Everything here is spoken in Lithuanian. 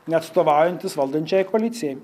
neatstovaujantis valdančiajai koalicijai